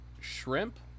shrimp